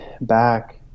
back